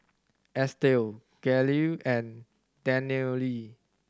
Estel Gale and Danielle